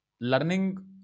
Learning